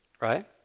right